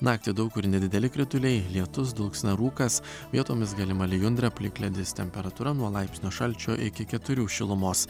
naktį daug kur nedideli krituliai lietus dulksna rūkas vietomis galima lijundra plikledis temperatūra nuo laipsnio šalčio iki keturių šilumos